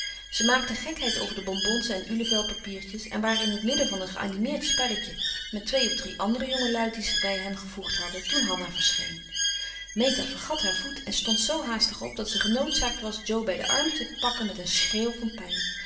ze maakten gekheid over de bonbons en ulevelpapiertjes en waren in het midden van een geanimeerd spelletje met twee of drie andere jongelui die zich bij hen gevoegd hadden toen hanna verscheen meta vergat haar voet en stond zoo haastig op dat ze genoodzaakt was jo bij den arm te pakken met een schreeuw van pijn